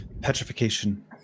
petrification